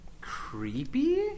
creepy